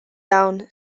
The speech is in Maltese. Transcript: dawn